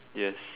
yes